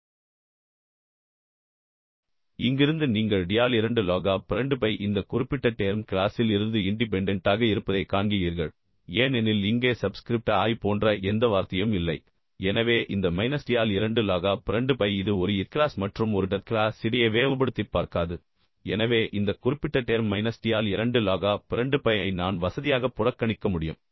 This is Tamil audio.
இங்கிருந்து நீங்கள் d ஆல் 2 log ஆஃப் 2 pi இந்த குறிப்பிட்ட டேர்ம் கிளாஸிலிருந்து இண்டிபெண்டெண்ட்டாக இருப்பதைக் காண்கிறீர்கள் ஏனெனில் இங்கே சப்ஸ்கிரிப்ட் i போன்ற எந்த வார்த்தையும் இல்லை எனவே இந்த மைனஸ் d ஆல் 2 log ஆஃப் 2 pi இது ஒரு ith கிளாஸ் மற்றும் ஒரு jth கிளாஸ் இடையே வேறுபடுத்திப் பார்க்காது எனவே இந்த குறிப்பிட்ட டேர்ம் மைனஸ் d ஆல் 2 log ஆஃப் 2 pi ஐ நான் வசதியாக புறக்கணிக்க முடியும்